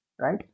right